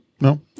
No